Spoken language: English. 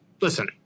listen